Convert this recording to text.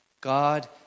God